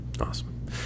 Awesome